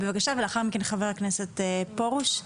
ולאחר מכן לח"כ פרוש.